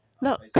look